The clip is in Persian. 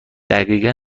دقیقا